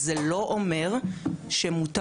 זה לא אומר שמותר,